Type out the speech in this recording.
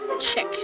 Check